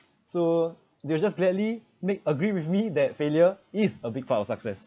so they will just gladly make agree with me that failure is a big part of success